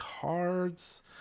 cards